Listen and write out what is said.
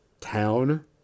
town